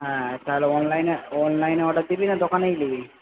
হ্যাঁ তাহলে অনলাইনে অনলাইনে অর্ডার দিবি না দোকানেই নিবি